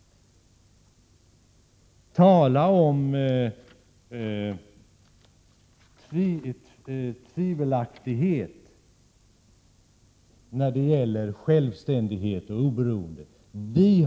Tala om tvivelaktighet när det gäller självständighet och oberoende!